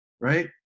right